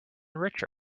richer